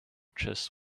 chest